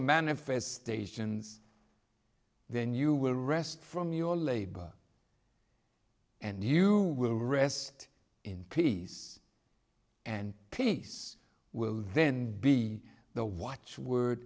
manifestations then you will rest from your labor and you will rest in peace and peace will then be the watchword